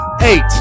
Eight